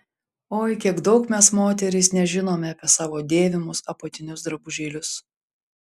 oi kiek daug mes moterys nežinome apie savo dėvimus apatinius drabužėlius